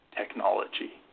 technology